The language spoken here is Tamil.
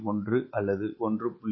1 அல்லது 1